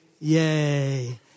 yay